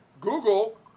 Google